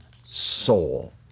soul